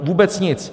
Vůbec nic!